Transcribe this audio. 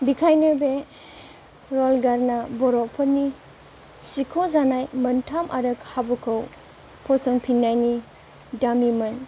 बिखायनो बे वाल गाना बर'फोरनि सिख'जानाय मोन्थाम आरो खाबुखौ फसंफिननायनि दाबिमोन